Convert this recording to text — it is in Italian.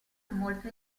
molto